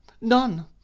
none